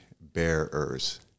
bearers